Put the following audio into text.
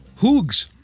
Hoogs